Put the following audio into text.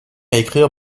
écrire